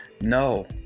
No